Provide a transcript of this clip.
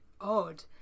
odd